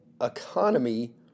economy